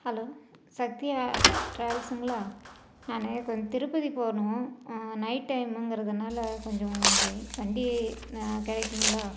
hello Sathya ட்ராவல்ஸுங்களா நான் கொஞ்ச திருப்பதி போகணும் நைட் டைமுங்கிறதுனால கொஞ்சம் வண்டி கிடைக்குங்களா